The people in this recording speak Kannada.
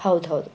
ಹೌದು ಹೌದು